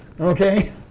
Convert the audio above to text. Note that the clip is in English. Okay